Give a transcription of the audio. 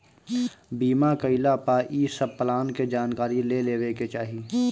बीमा कईला पअ इ सब प्लान के जानकारी ले लेवे के चाही